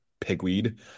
pigweed